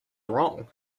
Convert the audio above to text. wrong